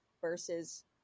versus